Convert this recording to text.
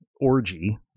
orgy